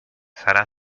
serà